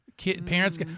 Parents